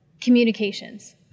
communications